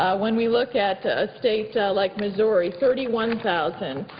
when we look at a state like missouri, thirty one thousand.